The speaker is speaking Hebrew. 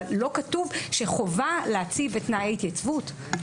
אבל לא כתוב שחובה להציב את תנאי ההתייצבות.